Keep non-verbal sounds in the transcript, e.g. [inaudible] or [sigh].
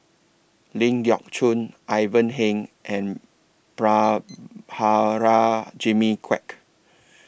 Ling Geok Choon Ivan Heng and [noise] Prabhakara Jimmy Quek